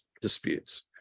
disputes